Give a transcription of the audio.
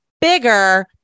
bigger